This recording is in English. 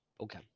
Okay